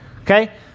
okay